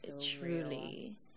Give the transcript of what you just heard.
truly